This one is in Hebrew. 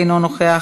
אינו נוכח,